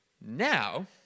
Now